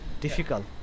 difficult